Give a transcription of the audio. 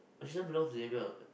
belongs to Xavier [what]